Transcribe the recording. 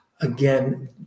Again